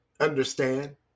understand